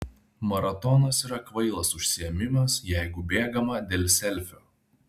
maratonas yra kvailas užsiėmimas jeigu bėgama dėl selfio